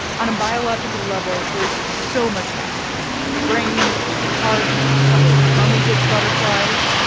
on a biological level, there's so much happening in your brain, in your heart that little tummy gets butterflies.